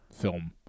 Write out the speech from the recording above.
film